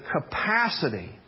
capacity